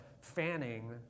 Fanning